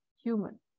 human